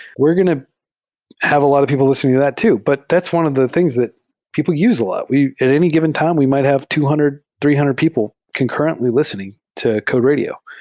we're going to have a lot of people lis tening to that too, but that's one of the things that people use a lot. at any given time, we might have two hundred, three hundred people concurrently lis tening to code radio.